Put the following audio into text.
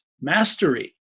mastery